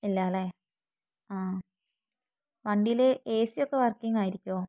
ഇല്ല അല്ലേ ആ വണ്ടിയിൽ എ സിയൊക്കെ വർക്കിംഗ് ആയിരിക്കുമോ